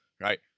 Right